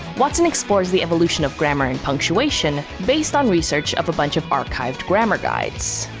watson explores the evolution of grammar and punctuation, based on research of a bunch of archived grammar guides.